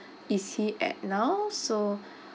is he at now so